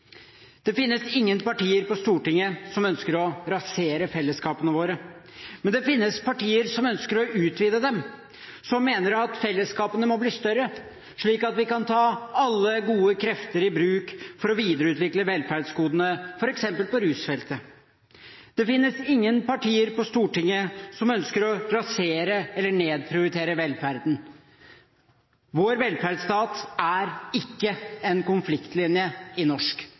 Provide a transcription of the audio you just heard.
Det finnes ingen partier på Stortinget som ønsker å rasere fellesskapene våre, men det finnes partier som ønsker å utvide dem, som mener at fellesskapene må bli større, slik at vi kan ta alle gode krefter i bruk for å videreutvikle velferdsgodene, f.eks. på rusfeltet. Det finnes ingen partier på Stortinget som ønsker å rasere eller nedprioritere velferden. Vår velferdsstat er ikke en konfliktlinje i norsk